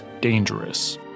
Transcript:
dangerous